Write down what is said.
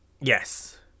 yes